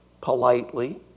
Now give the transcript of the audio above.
politely